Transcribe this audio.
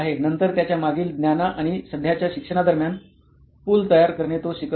नंतर त्याच्या मागील ज्ञाना आणि सध्याच्या शिक्षणादरम्यान पूल तयार करणे तो शिकत आहे